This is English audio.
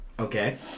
Okay